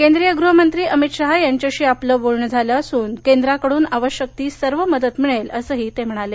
केंद्रीय गृहमंत्री अमित शहा यांच्याशी आपलं बोलणं झालं असून केंद्राकडून आवश्यक ती सर्व मदत मिळेल असं ते म्हणाले